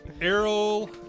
Errol